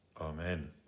Amen